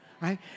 right